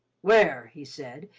where, he said,